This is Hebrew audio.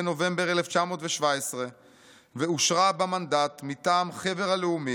בנובמבר 1917 ואושרה במנדט מטעם חבר הלאומים,